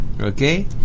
Okay